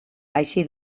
així